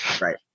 Right